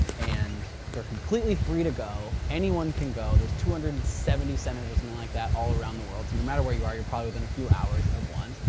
and and they're completely free to go. anyone can go. there's two hundred and seventy centers or something like that. all around the world, so no matter where you are you're probably within a few hours or one.